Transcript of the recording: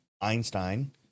einstein